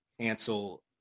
cancel